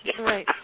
Right